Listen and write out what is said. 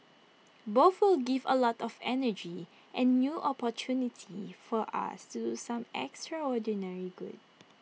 both will give A lot of energy and new opportunity for us to do some extraordinary good